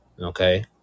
Okay